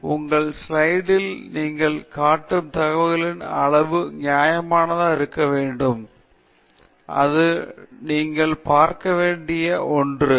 எனவே உங்கள் ஸ்லைடில் ல் நீங்கள் காட்டும் தகவலின் அளவு நியாயமானதாக இருக்க வேண்டும் அது நீங்கள் பார்க்க வேண்டிய ஒன்று